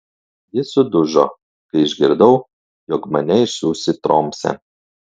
ji sudužo kai išgirdau jog mane išsiųs į tromsę